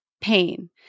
pain